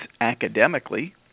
academically